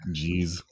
Jeez